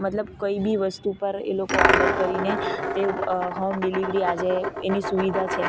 મતલબ કંઈ બી વસ્તુ પર એ લોકો ઓડર કરીને તે હોમ ડિલેવરી આજે એની સુવિધા છે